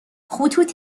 خطوط